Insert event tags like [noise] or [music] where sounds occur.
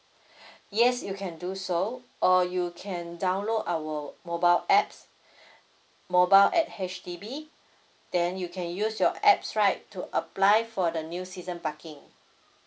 [breath] yes you can do so or you can download our mobile apps [breath] mobile at H_D_B then you can use your apps right to apply for the new season parking